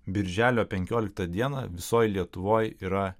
birželio penkioliktą dieną visoj lietuvoj yra